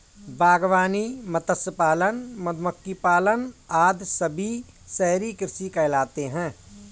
बागवानी, मत्स्य पालन, मधुमक्खी पालन आदि सभी शहरी कृषि कहलाते हैं